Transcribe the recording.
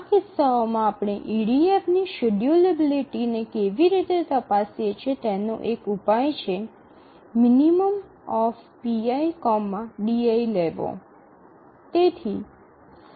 આ કિસ્સાઓમાં આપણે ઇડીએફની શેડ્યૂલેબિલિટીને કેવી રીતે તપાસીએ છીએ તેનો એક ઉપાય છે minpidi લેવો